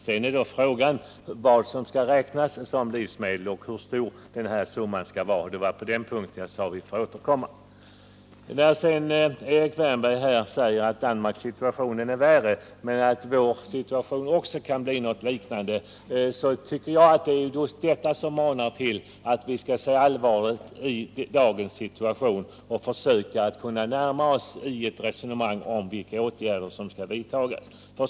Sedan är frågan vad som skall räknas som livsmedel och hur stor summan skall vara. Det var till den frågan jag sade att vi får återkomma. Erik Wärnberg säger att Danmarks situation är värre än vår men att vår situation också kan bli något liknande Danmarks. Just detta tycker jag manar till att vi skall se allvarligt på dagens situation och försöka närma oss varandra iett resonemang om vilka åtgärder som bör vidtas.